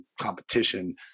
competition